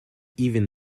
even